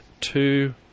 two